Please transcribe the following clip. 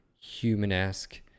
human-esque